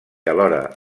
alhora